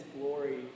glory